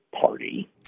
party